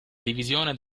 divisione